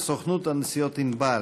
בנושא: סוכנות הנסיעות "ענבל".